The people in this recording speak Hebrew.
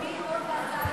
בעד,